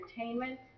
entertainment